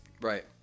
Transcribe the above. Right